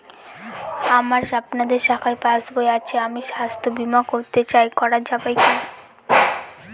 আমার আপনাদের শাখায় পাসবই আছে আমি স্বাস্থ্য বিমা করতে চাই করা যাবে কি?